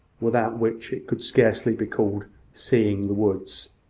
without which it could scarcely be called seeing the woods.